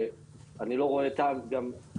כמה זמן?